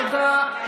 תודה.